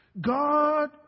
God